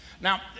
Now